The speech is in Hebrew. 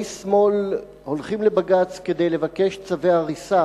שמאל הולכים לבג"ץ כדי לבקש צווי הריסה